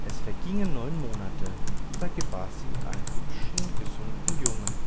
es vergingen neun monate da gebar sie einen hübschen gesunden jungen